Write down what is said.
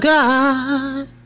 God